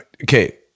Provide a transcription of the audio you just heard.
Okay